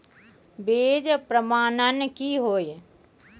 बीज प्रमाणन की हैय?